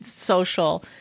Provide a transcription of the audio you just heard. social